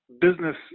business